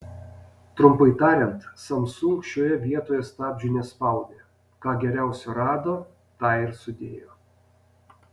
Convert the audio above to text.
trumpai tariant samsung šioje vietoje stabdžių nespaudė ką geriausio rado tą ir sudėjo